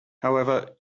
however